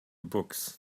books